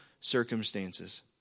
circumstances